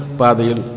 padil